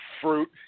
fruit